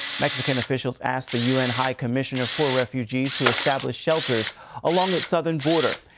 mexican officials asked the un high commissioner for refugees to establish shelters along its southern border.